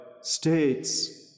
states